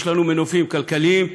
יש לנו מנופים כלכליים,